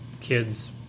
kid's